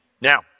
Now